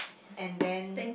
and then